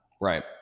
Right